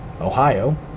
Ohio